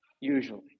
usually